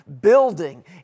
building